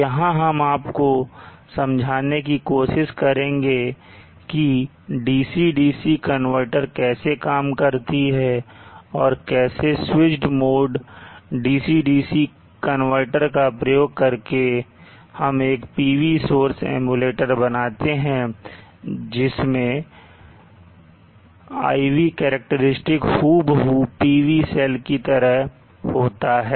यहां हम आपको समझाने की कोशिश करेंगे की DC DC कनवर्टर कैसे काम करती है और कैसे switched mode DC DC का प्रयोग करके हम एक PV सोर्स एम्युलेटर बनाते है जिसमें IV करैक्टेरिस्टिक हूबहू PV सेल की तरह होता है